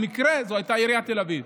במקרה זאת הייתה עיריית תל אביב.